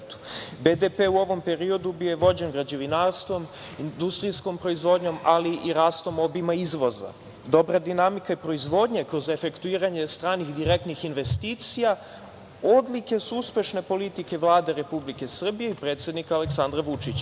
BDP u ovom periodu je bio vođen građevinarstvom, industrijskom proizvodnjom, ali i rastom obima izvoza. Dobra dinamika proizvodnje kroz efektuiranje stranih direktnih investicija, odlike su uspešne politike Vlade Republike Srbije i predsednika Aleksandra